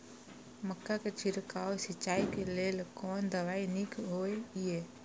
मक्का के छिड़काव सिंचाई के लेल कोन दवाई नीक होय इय?